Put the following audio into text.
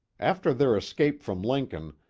after their escape from lincoln,